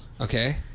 Okay